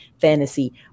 fantasy